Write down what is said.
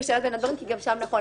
--- כי גם שם נכון,